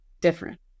different